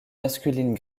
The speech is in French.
masculines